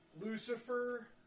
Lucifer